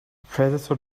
predator